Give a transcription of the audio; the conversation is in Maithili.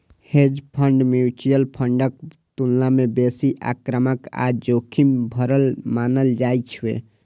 हेज फंड म्यूचुअल फंडक तुलना मे बेसी आक्रामक आ जोखिम भरल मानल जाइ छै